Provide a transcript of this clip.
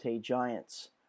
Giants